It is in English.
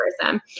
tourism